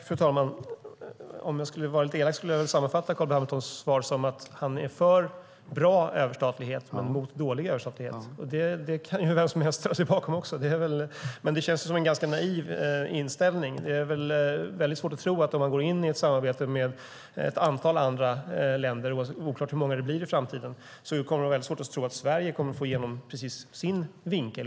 Fru talman! Om jag skulle vara lite elak kunde jag sammanfatta Carl B Hamiltons svar så att han är för bra överstatlighet men mot dålig överstatlighet. Det kan vem som helst ställa sig bakom, men det känns som en ganska naiv inställning. Om vi går in i ett samarbete med ett antal andra länder, oklart hur många det blir i framtiden, är det svårt att tro att Sverige kommer att få igenom sin vinkel.